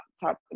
talk